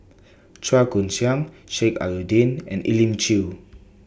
Chua Koon Siong Sheik Alau'ddin and Elim Chew